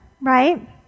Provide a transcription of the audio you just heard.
right